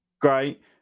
great